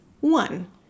One